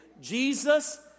Jesus